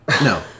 No